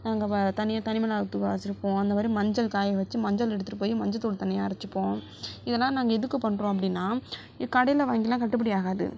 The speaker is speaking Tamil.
நாங்கள் தனியாக தனி மிளகாய் தூள் அரைச்சிருப்போம் அந்தமாதிரி மஞ்சள் காய வச்சு மஞ்சள் எடுத்திட்டு போய் மஞ்சள் தூள் தனியாக அரைச்சிப்போம் இதெல்லாம் நாங்கள் எதுக்கு பண்றோம் அப்படினா கடையில் வாங்கிலாம் கட்டுப்படி ஆகாது